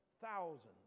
Thousands